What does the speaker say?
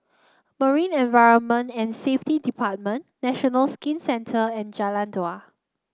Marine Environment and Safety Department National Skin Centre and Jalan Dua